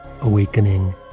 awakening